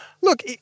Look